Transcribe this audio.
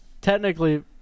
technically